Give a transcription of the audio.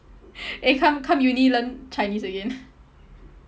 eh come come uni learn chinese again